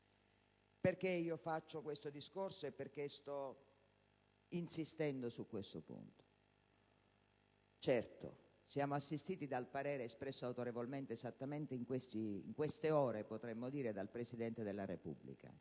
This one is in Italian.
Perché faccio questo discorso e perché sto insistendo su questo punto? Certo, siamo assistiti dal parere espresso autorevolmente, esattamente in queste ore - potremmo dire - dal Presidente della Repubblica